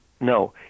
No